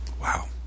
Wow